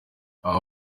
aba